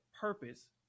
purpose